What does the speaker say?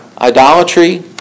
Idolatry